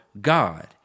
God